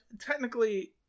technically